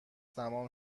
تمام